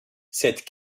cette